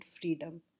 freedom